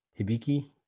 Hibiki